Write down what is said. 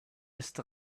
ist